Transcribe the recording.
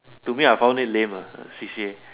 to me I found it lame lah C_C_A